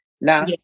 Now